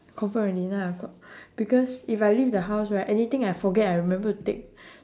confirm already nine o'clock because if I leave the house right anything I forget I remember to take